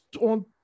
on